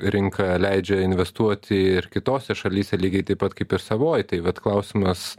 rinka leidžia investuoti ir kitose šalyse lygiai taip pat kaip ir savoj tai vat klausimas